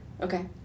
Okay